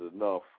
Enough